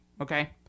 Okay